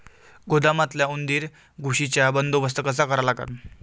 गोदामातल्या उंदीर, घुशीचा बंदोबस्त कसा करा लागन?